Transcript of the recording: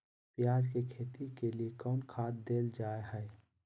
प्याज के खेती के लिए कौन खाद देल जा हाय?